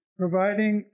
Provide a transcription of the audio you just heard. providing